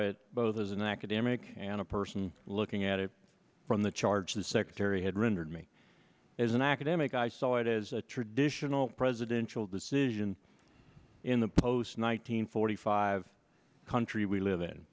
it both as an academic and a person looking at it from the charge the secretary had rendered me as an academic i saw it as a traditional presidential decision in the post nine hundred forty five country we live in